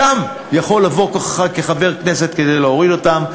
שם יכול לבוא כוחך כחבר הכנסת כדי להוריד אותן.